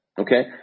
Okay